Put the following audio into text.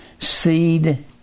seed